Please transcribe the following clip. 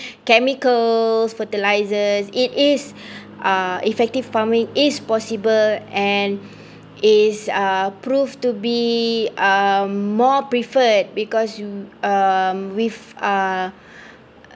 chemical fertilisers it is uh effective farming is possible and is uh proved to be um more preferred because you um with uh